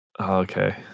Okay